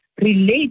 relate